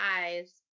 eyes